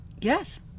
Yes